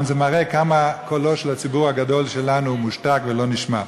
מראה כמה קולו של הציבור הגדול שלנו מושתק ולא נשמע.